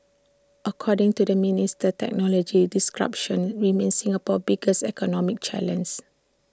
according to the minister technology disruption remains Singapore's biggest economic challenges